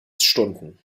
stunden